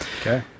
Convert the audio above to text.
Okay